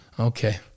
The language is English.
Okay